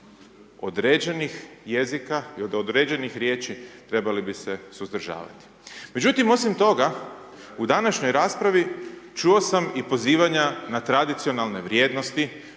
određenih jezika i od određenih riječi, trebali bi se suzdržavati. Međutim, osim toga u današnjoj raspravi čuo sam i pozivanja na tradicionalne vrijednosti,